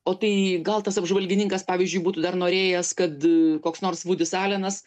o tai gal tas apžvalgininkas pavyzdžiui būtų dar norėjęs kad koks nors vudis alenas